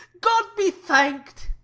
god be thanked.